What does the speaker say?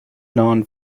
known